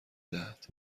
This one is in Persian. دهد